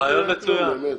רעיון מצוין.